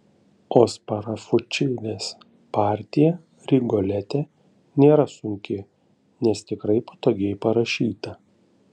o sparafučilės partija rigolete nėra sunki nes tikrai patogiai parašyta